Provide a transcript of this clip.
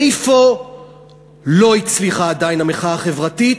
איפה לא הצליחה עדיין המחאה החברתית?